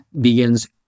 begins